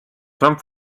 trump